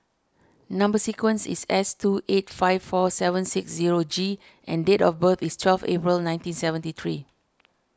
Number Sequence is S two eight five four seven six zero G and date of birth is twelve April nineteen seventy three